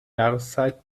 jahreszeit